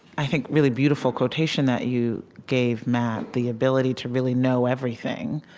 i think, really beautiful quotation that you gave, matt, the ability to really know everything,